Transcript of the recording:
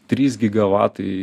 trys gigavatai